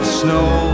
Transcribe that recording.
snow